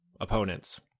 opponents